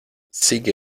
sigue